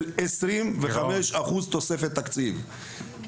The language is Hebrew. של 25% תוספת תקציב,